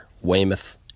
Weymouth